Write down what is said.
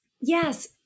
yes